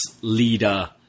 leader